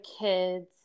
kids